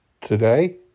today